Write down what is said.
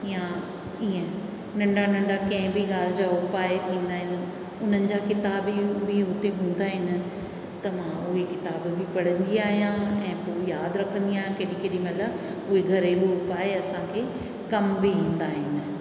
या ईअं नंढा नंढा कंहिं बि ॻाल्हि जा उपाए थींदा आहिनि उन्हनि जा किताब बि हुते हूंदा आहिनि त मां उहे किताब बि पढ़ंदी आहियां ऐं पोइ वरी यादि रखंदी आहियां केॾी केॾी महिल उहे घरेलू उपाए असांखे कम बि ईंदा आहिनि